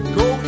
go